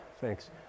Thanks